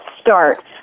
start